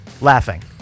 laughing